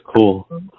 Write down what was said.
cool